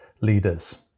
leaders